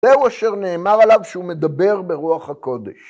זהו אשר נאמר עליו שהוא מדבר ברוח הקודש.